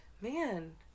man